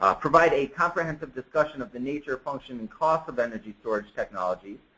ah provide a comprehensive discussion of the nature, function, and costs of energy storage technologies.